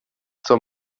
zur